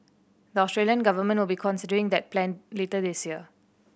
the Australian government will be considering that plan later this year